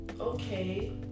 okay